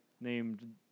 named